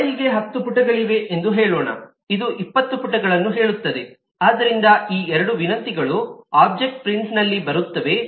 ಫೈಲ್1ಗೆ 10 ಪುಟಗಳಿವೆ ಎಂದು ಹೇಳೋಣ ಇದು 20 ಪುಟಗಳನ್ನು ಹೇಳುತ್ತದೆ ಆದ್ದರಿಂದ ಈ ಎರಡೂ ವಿನಂತಿಗಳು ಒಬ್ಜೆಕ್ಟ್ ಪ್ರಿಂಟ್ನಲ್ಲಿ ಬರುತ್ತವೆ